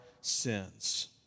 sins